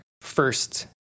first